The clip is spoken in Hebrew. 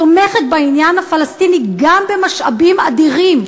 תומכת בעניין הפלסטיני גם במשאבים אדירים.